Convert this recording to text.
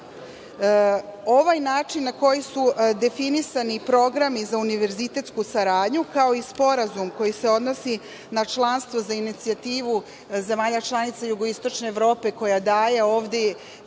način na koji su definisani programi za univerzitetsku saradnju, kao i sporazum koji se odnosi na članstvo za inicijativu zemalja članica jugoistočne Evrope koja daje ovde